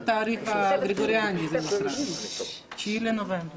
זה אומר השכר הממוצע